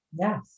Yes